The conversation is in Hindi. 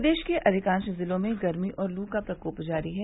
प्रदेश के अधिकांश जिलों में गर्मी और लू का प्रकोप जारी है